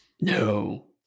No